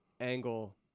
angle